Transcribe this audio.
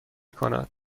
کند